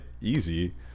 easy